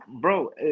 bro